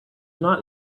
not